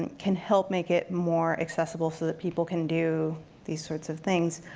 can help make it more accessible so that people can do these sorts of things.